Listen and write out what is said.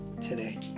today